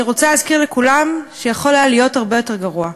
אני רוצה להזכיר לכולם שיכול היה להיות הרבה יותר גרוע.